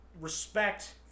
respect